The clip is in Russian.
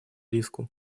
риску